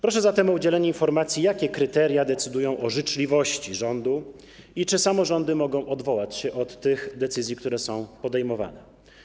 Proszę zatem o udzielenie informacji, jakie kryteria decydują o życzliwości rządu i czy samorządy mogą odwołać się od tych decyzji, które są podejmowane.